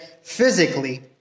physically